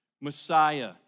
Messiah